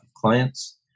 clients